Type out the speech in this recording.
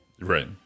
Right